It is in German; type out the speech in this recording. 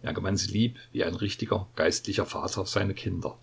er gewann sie lieb wie ein richtiger geistlicher vater seine kinder